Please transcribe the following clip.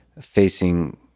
facing